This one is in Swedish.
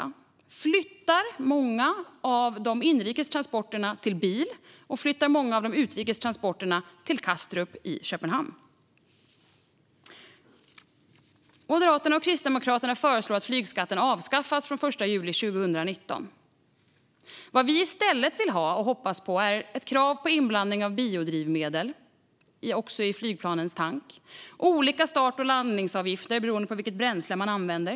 Den flyttar många av de inrikes transporterna till bil och flyttar många av de utrikes transporterna till Kastrup i Köpenhamn. Moderaterna och Kristdemokraterna föreslår därför att flygskatten avskaffas från den 1 juli 2019. I stället hoppas vi på ett krav på inblandning av biodrivmedel också i flygplanens tankar. Vi vill också ha olika start och landningsavgifter beroende på vilket bränsle man använder.